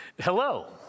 Hello